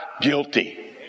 guilty